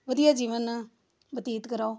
ਵਧੀਆ ਜੀਵਨ ਬਤੀਤ ਕਰਾਓ